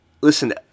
listen